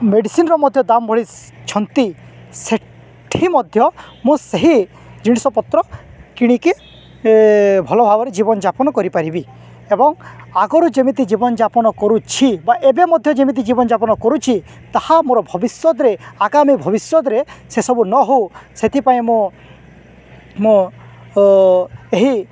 ମେଡ଼ିସିନ୍ର ମଧ୍ୟ ଦାମ ବଢ଼େଇଛନ୍ତି ସେଠି ମଧ୍ୟ ମୁଁ ସେହି ଜିନିଷପତ୍ର କିଣିକି ଭଲ ଭାବରେ ଜୀବନଯାପନ କରିପାରିବି ଏବଂ ଆଗରୁ ଯେମିତି ଜୀବନଯାପନ କରୁଛି ବା ଏବେ ମଧ୍ୟ ଯେମିତି ଜୀବନଯାପନ କରୁଛି ତାହା ମୋର ଭବିଷ୍ୟତରେ ଆଗାମୀ ଭବିଷ୍ୟତରେ ସେସବୁ ନ ହଉ ସେଥିପାଇଁ ମୁଁ ମୋ ଏହି